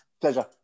pleasure